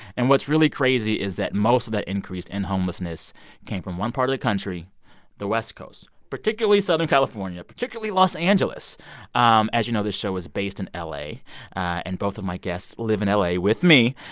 and what's really crazy is that most of that increase in homelessness came from one part of the country the west coast, particularly southern california, particularly los angeles um as you know, this show is based in ah la, and both of my guests live in ah la with me.